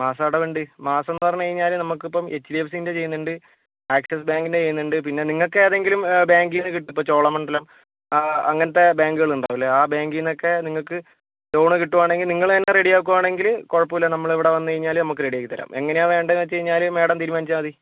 മാസടവുണ്ട് മാസമെന്ന് പറഞ്ഞ് കഴിഞ്ഞാല് നമുക്കിപ്പോൾ എച്ച്ഡിഎഫ്സിൻറ്റെ ചെയുന്നുണ്ട് ആക്സിസ് ബാങ്കിൻറ്റെ ചെയ്യു ന്നുണ്ട് പിന്നെ നിങ്ങക്കേതെങ്കിലും ബാങ്കീന്ന് കിട്ടുമോ ഇപ്പോൾ ചോളമണ്ഡലം അങ്ങനത്തെ ബാങ്കുകൾ ഉണ്ടാകൂലെ ആ ബാങ്കീന്നൊക്കെ നിങ്ങക്ക് ലോണ് കിട്ടുവാണെങ്കിൽ നിങ്ങള് തന്നെ റെഡിയാക്കുവാണെങ്കില് കുഴപ്പമില്ല നമ്മളിവിടെ വന്നു കഴിഞ്ഞാല് നമുക്ക് റെഡിയാക്കിത്തരാം എങ്ങനെയാണ് വേണ്ടെന്നു വെച്ചു കഴിഞ്ഞാല് മാഡം തീരുമാനിച്ചാൽ മതി